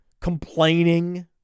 complaining